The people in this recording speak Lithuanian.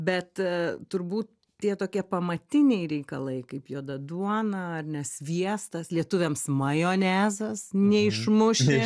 bet turbūt tie tokie pamatiniai reikalai kaip juoda duona ar ne sviestas lietuviams majonezas neišmuši